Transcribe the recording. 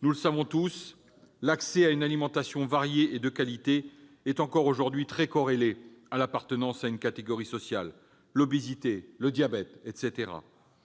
Nous le savons tous, l'accès à une alimentation variée et de qualité est encore aujourd'hui très corrélé à l'appartenance à une catégorie sociale. C'est le cas de